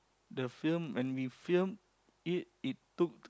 the film when we filmed it it tooked